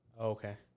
Okay